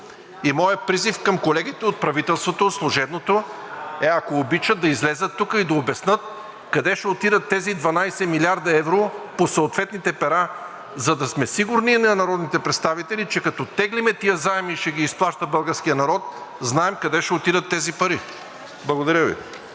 И моят призив към колегите от служебното правителство е: ако обичат, да излязат тук и да обяснят къде ще отидат тези 12 млрд. евро по съответните пера, за да сме сигурни народните представители, че като теглим тези заеми, които ще ги изплаща българският народ, да знаем къде ще отидат тези пари. Благодаря Ви.